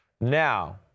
Now